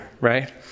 right